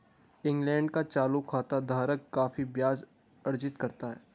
England का चालू खाता धारक काफी ब्याज अर्जित करता है